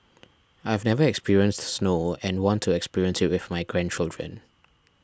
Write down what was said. I have never experienced snow and want to experience it with my grandchildren